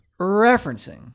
referencing